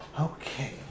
Okay